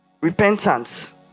repentance